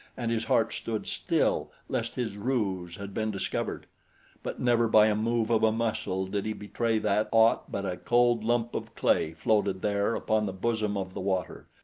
and his heart stood still lest his ruse had been discovered but never by a move of a muscle did he betray that aught but a cold lump of clay floated there upon the bosom of the water,